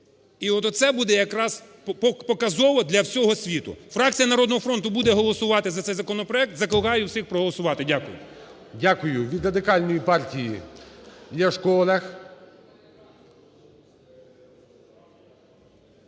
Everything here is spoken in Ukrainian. І от оце буде якраз показово для всього світу. Фракція "Народного фронту" буде голосувати за цей законопроект. Закликаю всіх проголосувати. Дякую. ГОЛОВУЮЧИЙ. Дякую. Від Радикальної партії Ляшко